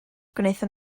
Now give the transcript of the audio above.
gwnaethon